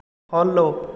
follow